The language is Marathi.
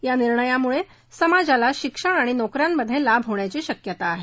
या निर्णयामुळे समाजाला शिक्षण आणि नोकऱ्यांमध्ये लाभ होण्याची शक्यता आहे